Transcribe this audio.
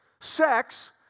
Sex